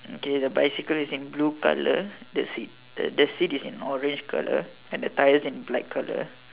okay the bicycle is in blue colour the seat the seat is in orange colour and the tyre's in black colour